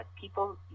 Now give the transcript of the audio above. people